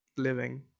Living